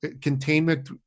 containment